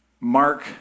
Mark